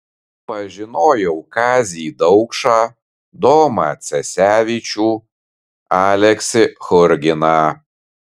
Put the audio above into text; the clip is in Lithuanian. pažinojau kazį daukšą domą cesevičių aleksį churginą